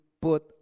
put